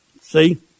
See